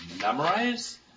memorize